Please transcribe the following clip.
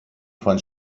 von